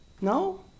No